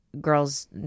girls